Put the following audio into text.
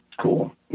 cool